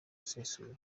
usesuye